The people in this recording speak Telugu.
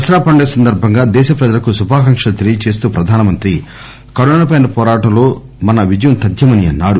దసరా పండగసందర్భంగా దేశప్రజలకు శుభాకాంక్షలు తెలియజేస్తూ ప్రధానమంత్రి కరోనాపై పోరాటంలో మన విజయం తథ్యమని అన్నారు